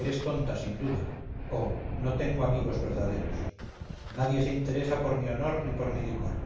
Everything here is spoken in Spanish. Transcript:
eres tonta sin duda oh no tengo amigos verdaderos nadie se interesa por mi honor ni por mi decoro